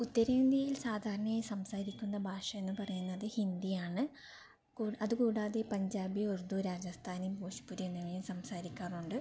ഉത്തരേന്ത്യയിൽ സാധാരണയായി സംസാരിക്കുന്ന ഭാഷ എന്ന് പറയുന്നത് ഹിന്ദിയാണ് കൂടാ അതുകൂടാതെ പഞ്ചാബി ഉറുദു രാജസ്ഥാനി ബോജ്പുരി എന്നിവയും സംസാരിക്കാറുണ്ട്